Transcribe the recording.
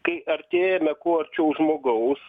kai artėjame kuo arčiau žmogaus